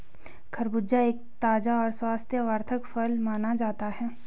खरबूजा एक ताज़ा और स्वास्थ्यवर्धक फल माना जाता है